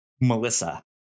Melissa